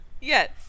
Yes